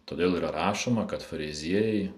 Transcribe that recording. todėl yra rašoma kad fariziejai